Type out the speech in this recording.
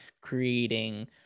creating